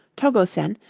togo sen,